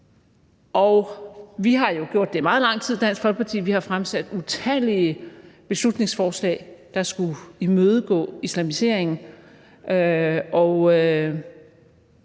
Vi har jo gjort det i meget lang tid i Dansk Folkeparti. Vi har fremsat utallige beslutningsforslag, der skulle imødegå islamiseringen.